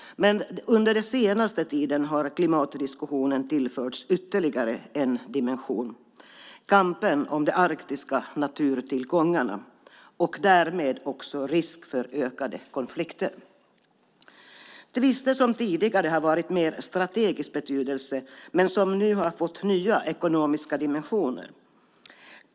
Men på den senaste tiden har klimatdiskussionen tillförts ytterligare en dimension - kampen om de arktiska naturtillgångarna och därmed också risk för ökade konflikter. Tvister som tidigare har varit av mer strategisk betydelse har nu fått nya ekonomiska dimensioner.